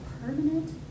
permanent